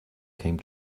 came